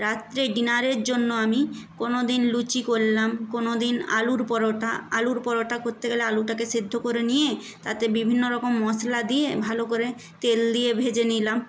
রাত্রে ডিনারের জন্য আমি কোনো দিন লুচি করলাম কোনো দিন আলুর পরোটা আলুর পরোটা করতে গেলে আলুটাকে সেদ্ধ করে নিয়ে তাতে বিভিন্ন রকম মশলা দিয়ে ভালো করে তেল দিয়ে ভেজে নিলাম